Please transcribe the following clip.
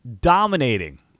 dominating